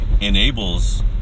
enables